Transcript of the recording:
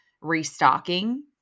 restocking